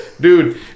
dude